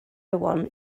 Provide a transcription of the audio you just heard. one